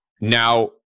Now